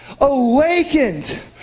Awakened